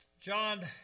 John